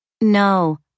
No